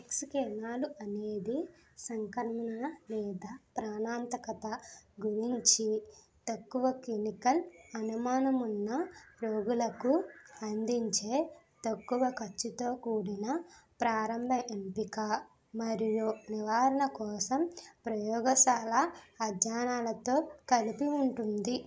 X కిరణాలు అనేది సంక్రమణ లేదా ప్రాణాంతకత గురించి తక్కువ క్లినికల్ అనుమానం ఉన్న రోగులకు అందించే తక్కువ ఖర్చుతో కూడిన ప్రారంభ ఎంపిక మరియు నివారణ కోసం ప్రయోగశాల అధ్యయనలతో కలిసి ఉంటుంది